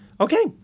Okay